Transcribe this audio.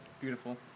Beautiful